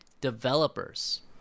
developers